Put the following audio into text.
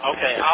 Okay